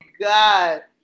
God